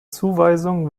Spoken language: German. zuweisung